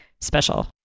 special